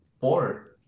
Four